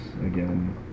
again